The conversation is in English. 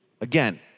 Again